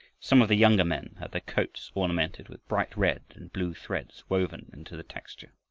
some of the younger men had their coats ornamented with bright red and blue threads woven into the texture.